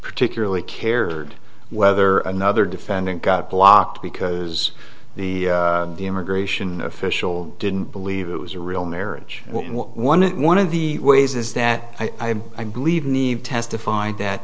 particularly care whether another defendant got blocked because the immigration official didn't believe it was a real marriage one one of the ways is that i have i believe need testified that